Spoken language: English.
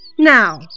Now